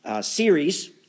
series